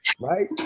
right